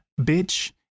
bitch